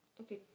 Okay